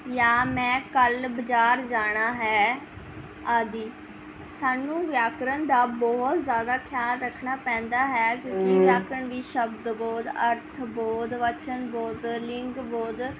ਜਾਂ ਮੈਂ ਕੱਲ੍ਹ ਬਾਜ਼ਾਰ ਜਾਣਾ ਹੈ ਆਦਿ ਸਾਨੂੰ ਵਿਆਕਰਣ ਦਾ ਬਹੁਤ ਜ਼ਿਆਦਾ ਖਿਆਲ ਰੱਖਣਾ ਪੈਂਦਾ ਹੈ ਕਿਉਂਕਿ ਵਿਆਕਰਣ ਵੀ ਸ਼ਬਦ ਬੋਧ ਅਰਥ ਬੋਧ ਵਚਨ ਬੋਧ ਲਿੰਗ ਬੋਧ